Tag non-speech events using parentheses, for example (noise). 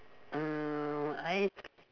mm I (noise)